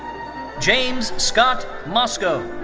james scott mosko.